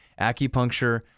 Acupuncture